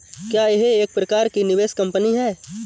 क्या यह एक प्रकार की निवेश कंपनी है?